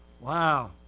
Wow